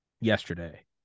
yesterday